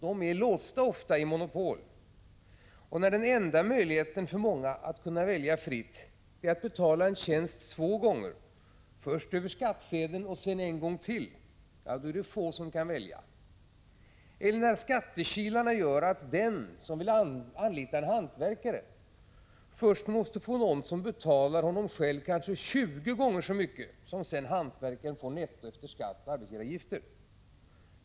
Där är man ofta låst i monopol, och när den enda möjligheten att välja fritt för många är att betala en tjänst två gånger — först över skattsedeln och sedan ytterligare en gång — då är det få som kan välja. Och skattekilarna gör att den som väljer att anlita en hantverkare först måste få någon som betalar honom själv kanske tjugo gånger så mycket som sedan hantverkaren får netto efter skatt och arbetsgivaravgifter.